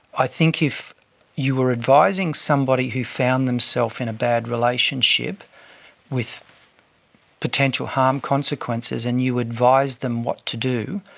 i think if you were advising someone who found themself in a bad relationship with potential harm consequences and you advised them what to do.